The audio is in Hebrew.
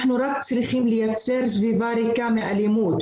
אנחנו רק צריכים לייצר סביבה ריקה מאלימות,